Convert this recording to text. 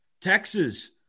Texas